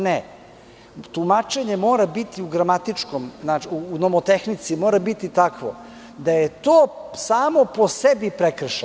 Ne tumačenje mora biti u gramatičkom u tehnici, mora biti takvo, da je to samo po sebi prekršaj.